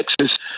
Texas